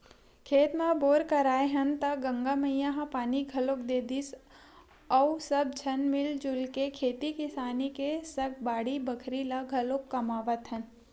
खेत म बोर कराए हन त गंगा मैया ह पानी घलोक दे दिस अउ सब झन मिलजुल के खेती किसानी के सग बाड़ी बखरी ल घलाके कमावत हन